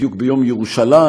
בדיוק ביום ירושלים,